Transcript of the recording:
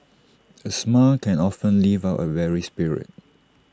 A smile can often lift up A weary spirit